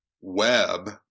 web